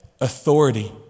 authority